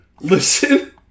Listen